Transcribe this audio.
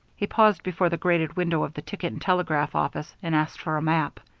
he paused before the grated window of the ticket and telegraph office and asked for a map.